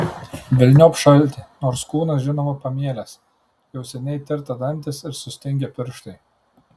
velniop šaltį nors kūnas žinoma pamėlęs jau seniai tirta dantys ir sustingę pirštai